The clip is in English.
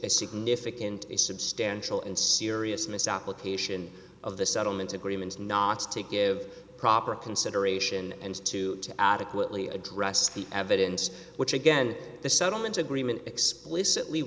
a significant substantial and serious misapplication of the settlement agreements and not to give proper consideration and to adequately address the evidence which again the settlement agreement explicitly